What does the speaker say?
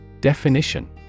Definition